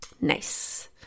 Nice